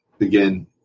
Again